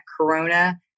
Corona